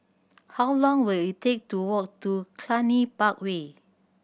how long will it take to walk to Cluny Park Way